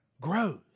grows